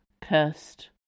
cursed